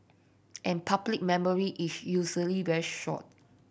and public memory is usually very short